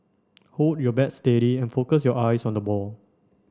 hold your bat steady and focus your eyes on the ball